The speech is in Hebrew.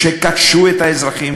שקשרו את האזרחים,